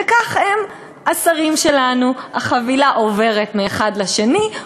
וכך הם השרים שלנו: החבילה עוברת מאחד לשני,